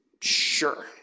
Sure